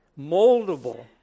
moldable